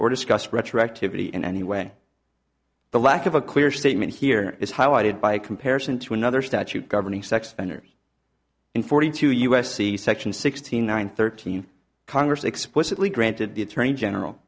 or discussed retroactivity in any way the lack of a clear statement here is highlighted by a comparison to another statute governing sex offenders in forty two u s c section sixty nine thirteen congress explicitly granted the attorney general